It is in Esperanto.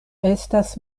estas